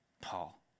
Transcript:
Paul